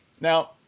Now